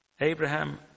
Abraham